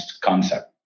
concept